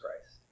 Christ